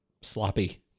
sloppy